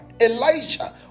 elijah